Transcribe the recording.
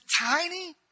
tiny